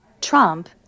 Trump